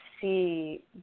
see